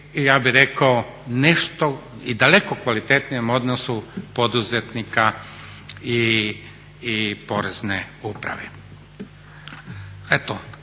i ja bih rekao nešto i daleko kvalitetnijem odnosu poduzetnika i Porezne uprave. Eto,